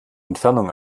entfernung